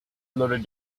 loaded